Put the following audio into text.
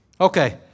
Okay